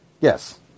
Yes